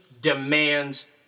demands